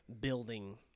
building